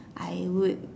I would